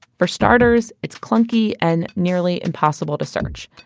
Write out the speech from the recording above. for starters, it's clunky and nearly impossible to search.